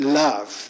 love